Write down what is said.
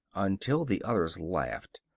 until the others laughed.